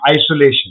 isolation